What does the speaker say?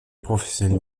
professionnels